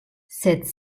cette